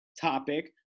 topic